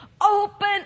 open